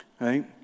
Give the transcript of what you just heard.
right